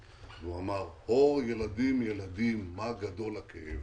ואמר: הו ילדים, ילדים, מה גדול הכאב.